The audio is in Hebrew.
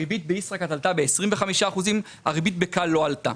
הריבית בישראכרט עלתה ב-25 אחוזים והריבית ב-כאל לא עלתה.